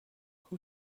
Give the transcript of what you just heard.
who